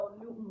new